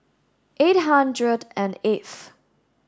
eight hundred and eighth